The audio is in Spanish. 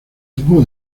tuvo